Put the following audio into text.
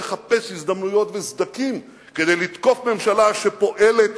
ולא לחפש הזדמנויות וסדקים כדי לתקוף ממשלה שפועלת